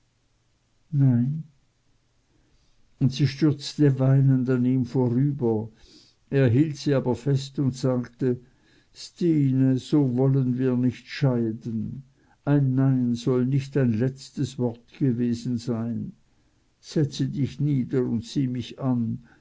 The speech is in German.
nein und sie stürzte weinend an ihm vorüber er hielt sie aber fest und sagte stine so wollen wir nicht scheiden ein nein soll nicht dein letztes wort gewesen sein setze dich nieder und sieh mich an